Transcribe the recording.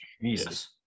yes